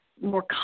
more